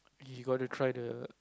we got to try the